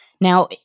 Now